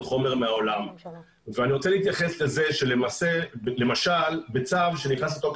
חומר מהעולם ואני רוצה להתייחס לזה שלמשל בצו שנכנס לתוקף